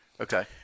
Okay